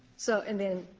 so and then,